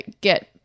get